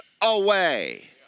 away